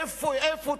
איפה?